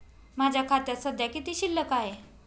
माझ्या खात्यात सध्या किती शिल्लक आहे?